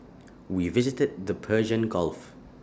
we visited the Persian gulf